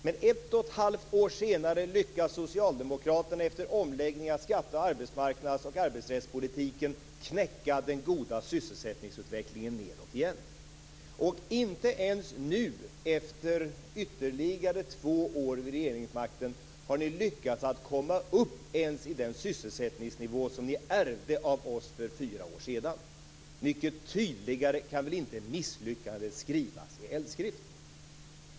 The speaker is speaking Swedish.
Men ett och ett halvt år senare lyckades Socialdemokraterna efter omläggningen av skatte-, arbetsmarknads och arbetsrättspolitiken knäcka den goda sysselsättningsutvecklingen så att det återigen gick ned. Inte heller nu, efter ytterligare två år vid regeringsmakten, har ni lyckats komma upp ens till den sysselsättningsnivå som ni för fyra år sedan ärvde av oss. Mycket tydligare kan väl inte misslyckandet skrivas i eldskrift.